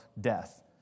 death